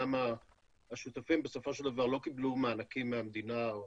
גם השותפים בסופו של דבר לא קיבלו מענקים מהמדינה או